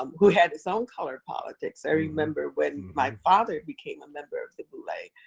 um who had its own color politics. i remember when my father became a member of the boule' like